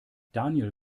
daniel